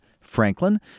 Franklin